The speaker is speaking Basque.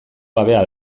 gabea